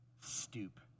stoop